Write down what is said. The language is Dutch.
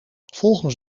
volgens